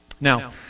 Now